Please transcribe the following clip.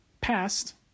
past